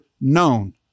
known